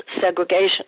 segregation